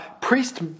priest